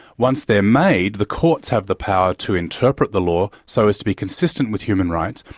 once they're made, the courts have the power to interpret the law, so as to be consistent with human rights,